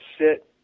sit